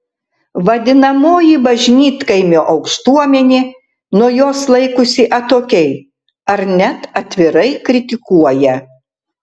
vadinamoji bažnytkaimio aukštuomenė nuo jos laikosi atokiai ar net atvirai kritikuoja